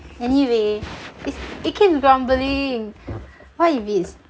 anyway it it keeps grumbling what if it's